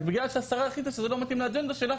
רק בגלל שהשרה החליטה שזה לא מתאים לאג'נדה שלה,